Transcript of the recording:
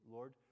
Lord